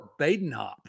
Badenhop